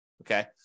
Okay